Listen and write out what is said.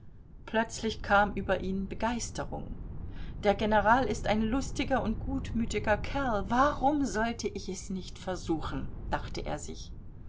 plötzlich kam über ihn begeisterung der general ist ein lustiger und gutmütiger kerl warum sollte ich es nicht versuchen dachte er sich